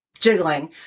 jiggling